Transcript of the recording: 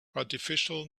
artificial